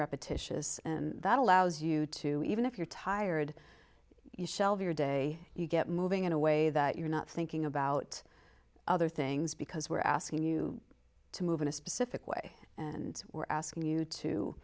repetitious and that allows you to even if you're tired you shelve your day you get moving in a way that you're not thinking about other things because we're asking you to move in a specific way and we're asking you to